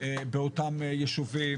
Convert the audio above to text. באותם יישובים?